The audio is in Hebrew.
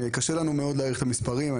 קשה לנו מאוד להעריך את המספרים.